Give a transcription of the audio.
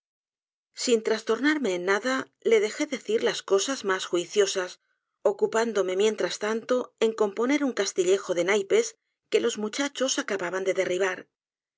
sin trastornarme en nada le dejé decir las cosas mas juiciosas ocupándome mientras tanto en componer un castillejo de naipes que los muchachos acababan de derribar